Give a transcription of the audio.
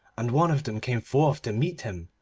and one of them came forth to meet him,